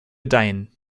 deimhin